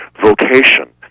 vocation